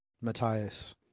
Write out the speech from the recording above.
Matthias